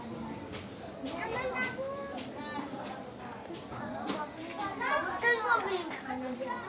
जैविक खाद और रासायनिक खाद में कोई भेद है?